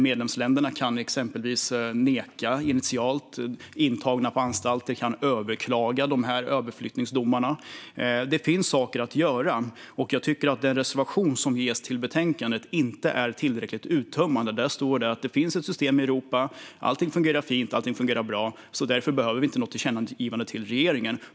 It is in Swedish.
Medlemsländerna kan neka initialt, och intagna på anstalter kan överklaga överflyttningsdomarna. Det finns alltså saker att göra, och jag tycker att reservationen om detta i betänkandet inte är tillräckligt uttömmande. Där står att det finns ett system i Europa och att allt fungerar bra, och därför behövs inget tillkännagivande till regeringen.